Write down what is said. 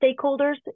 stakeholders